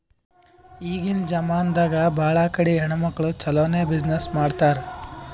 ಈಗಿನ್ ಜಮಾನಾದಾಗ್ ಭಾಳ ಕಡಿ ಹೆಣ್ಮಕ್ಕುಳ್ ಛಲೋನೆ ಬಿಸಿನ್ನೆಸ್ ಮಾಡ್ಲಾತಾರ್